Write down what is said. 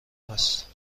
است